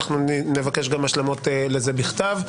נבקש להשלמות לזה גם בכתב.